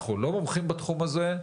אנחנו לא מומחים בתחום הזה,